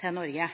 til Norge.